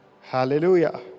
hallelujah